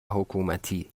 حکومتی